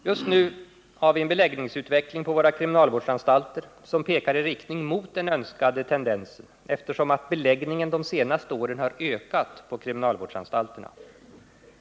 Just nu har vi en beläggningsutveckling på våra kriminalvårdsanstalter som pekar i riktning mot den önskade tendensen, eftersom beläggningen de senaste åren har ökat på kriminalvårdsanstalterna.